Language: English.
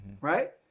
right